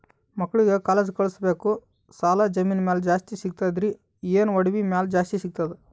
ಮಕ್ಕಳಿಗ ಕಾಲೇಜ್ ಕಳಸಬೇಕು, ಸಾಲ ಜಮೀನ ಮ್ಯಾಲ ಜಾಸ್ತಿ ಸಿಗ್ತದ್ರಿ, ಏನ ಒಡವಿ ಮ್ಯಾಲ ಜಾಸ್ತಿ ಸಿಗತದ?